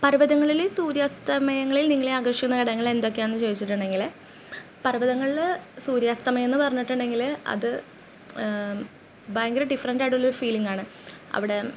പർവ്വതങ്ങളിലെ സൂര്യാസ്തമയങ്ങളിൽ നിങ്ങളെ ആകർഷിക്കുന്ന ഘടകങ്ങൾ എന്തെക്കെയാണെന്ന് ചോദിച്ചിട്ടുണ്ടെങ്കിൽ പർവ്വതങ്ങളിൽ സൂര്യാസ്തമയം എന്ന് പറഞ്ഞിട്ടുണ്ടെങ്കിൽ അത് ഭയങ്കര ഡിഫറൻറ് ആയിട്ടുള്ളൊരു ഫീലിങ്ങ് ആണ് അവിടെ